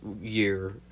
year